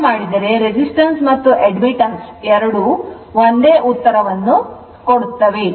ಹಾಗೆ ಮಾಡಿದರೆ resistance ಮತ್ತು admittance ಎರಡೂ ಒಂದೇ ಉತ್ತರವನ್ನು ಪಡೆಯುತ್ತೇವೆ